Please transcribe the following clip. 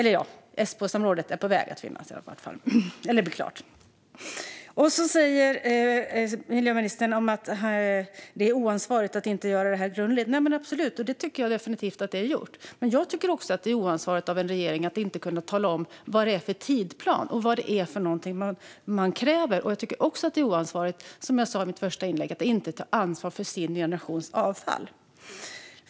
Esbosamrådet är på väg, och LOT-försöken finns. Miljöministern säger att det är oansvarigt att inte göra detta grundligt. Så är det absolut, och jag tycker definitivt att det är gjort. Men jag tycker också att det är oansvarigt av en regering att inte kunna tala om vad det är för tidsplan och vad man kräver. Det är också oansvarigt, som jag sa i mitt första inlägg, att inte ta ansvar för sin generations avfall.